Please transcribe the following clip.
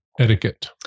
Etiquette